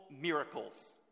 miracles